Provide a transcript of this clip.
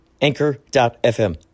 Anchor.fm